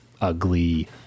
ugly